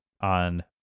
on